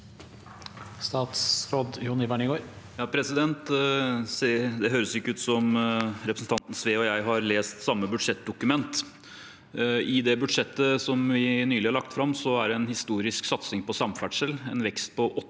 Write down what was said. Statsråd Jon-Ivar Nygård Det høres ikke ut som om representanten Sve og jeg har lest samme budsjettdokument. I det budsjettet vi nylig har lagt fram, er det en historisk satsing på samferdsel, en vekst på 8